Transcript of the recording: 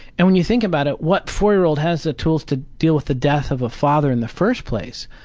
and when you think about it, what four-year-old has the tools to deal with the death of a father in the first place?